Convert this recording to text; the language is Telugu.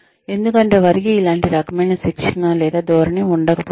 ఎందుకంటే వారికి ఇలాంటి రకమైన శిక్షణ లేదా ధోరణి ఉండకపోవచ్చు